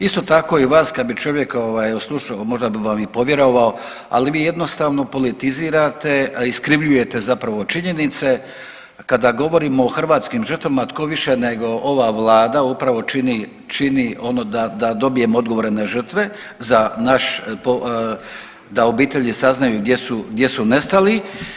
Isto tako i vas kad bi čovjek slušao možda bi vam i povjerovao, ali vi jednostavno politizirate, iskrivljujete zapravo činjenice kada govorimo o hrvatskim žrtvama tko više nego ova Vlada upravo čini ono da dobijemo odgovore na žrtve za naš da obitelji saznaju gdje su nestali.